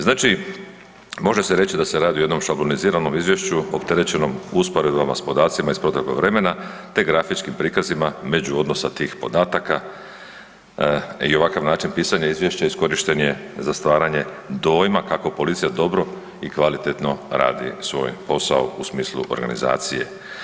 Znači, može se reći da se radi o jednom šabloniziranom izvješću opterećenom usporedbama s podacima iz proteklog vremena, te grafičkim prikazima međuodnosa tih podataka i ovakav način pisanja izvješća iskorišten je za stvaranje dojma kako policija dobro i kvalitetno radi svoj posao u smislu organizacije.